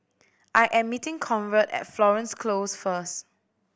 I am meeting Conrad at Florence Close first